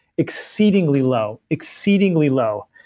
exceedingly low. exceedingly low.